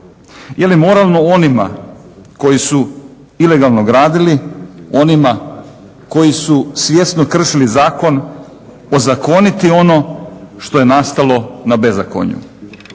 Jeli moralno onima koji su ilegalno gradili onima koji su svjesno kršili zakon ozakoniti ono što je nastalo na bezakonju?